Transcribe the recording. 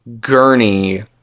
Gurney